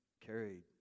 carried